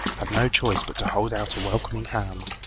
had no choice but to hold out a welcoming hand.